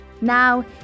Now